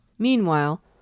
Meanwhile